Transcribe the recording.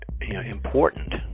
important